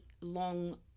long